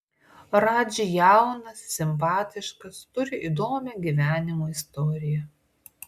radži jaunas simpatiškas turi įdomią gyvenimo istoriją